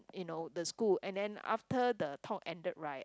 you know the school and then after the talk ended right